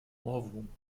ohrwurm